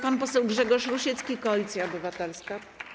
Pan poseł Grzegorz Rusiecki, Koalicja Obywatelska.